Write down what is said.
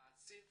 ולתקצב